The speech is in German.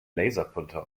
laserpointer